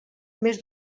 més